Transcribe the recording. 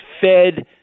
fed